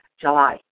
July